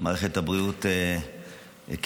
מערכת הבריאות כדרכה,